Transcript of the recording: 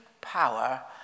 power